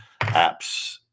apps